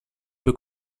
peu